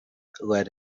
let